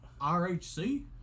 RHC